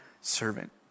servant